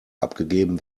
abgegeben